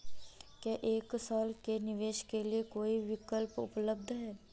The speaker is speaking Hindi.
क्या एक साल के निवेश के लिए कोई विकल्प उपलब्ध है?